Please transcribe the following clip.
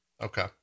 Okay